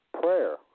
prayer